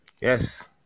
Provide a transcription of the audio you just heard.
yes